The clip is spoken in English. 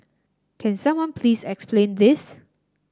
can someone please explain this